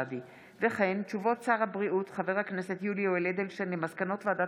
הודעות שר הבריאות חבר הכנסת יולי יואל אדלשטיין על מסקנות הוועדה